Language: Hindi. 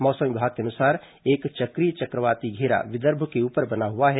मौसम विभाग के अनुसार एक चक्रीय चक्रवाती धेरा विदर्भ के ऊपर बना हुआ है